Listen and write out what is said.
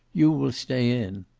you will stay in.